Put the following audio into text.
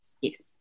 yes